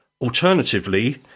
Alternatively